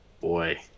Boy